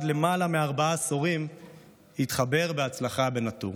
למעלה מארבעה עשורים התחבר בהצלחה בנטור.